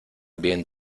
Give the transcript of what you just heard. bien